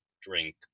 drink